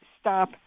stop